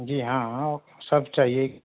जी हाँ हाँ सब चाहिए